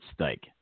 stake